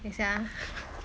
等一下 ah